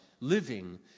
living